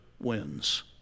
wins